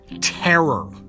terror